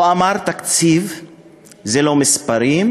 הוא אמר: תקציב זה לא מספרים,